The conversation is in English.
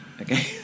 Okay